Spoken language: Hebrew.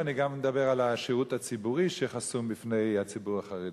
ואני גם אדבר על השירות הציבורי שחסום בפני הציבור החרדי.